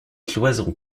cloisons